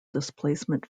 displacement